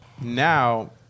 Now